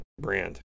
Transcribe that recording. brand